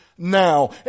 Now